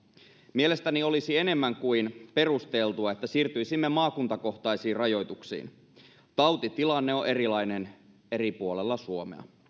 mielestäni olisi enemmän kuin perusteltua että siirtyisimme maakuntakohtaisiin rajoituksiin tautitilanne on erilainen eri puolilla suomea